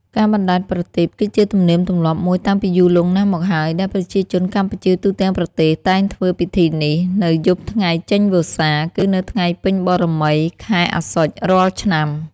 ការបណ្ដែតប្រទីប គឺជាទំនៀមទម្លាប់មួយតាំងពីយូរលង់ណាស់មកហើយ ដែលប្រជាជនកម្ពុជាទូទាំងប្រទេសតែងធ្វើពិធីនេះ នៅយប់ថ្ងៃចេញវស្សា គឺនៅថ្ងៃពេញបូណ៌មីខែអស្សុជរាល់ឆ្នាំ។